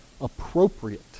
appropriate